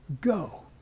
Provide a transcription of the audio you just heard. Go